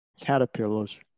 caterpillars